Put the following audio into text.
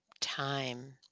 time